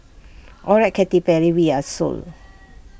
alright Katy Perry we're sold